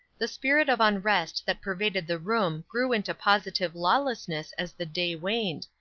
the spirit of unrest that pervaded the room grew into positive lawlessness as the day waned,